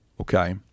Okay